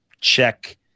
check